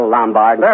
Lombard